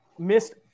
Missed